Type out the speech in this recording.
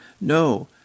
No